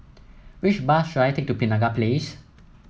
which bus should I take to Penaga Place